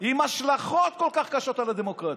עם השלכות כל כך קשות על הדמוקרטיה.